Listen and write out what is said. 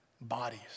bodies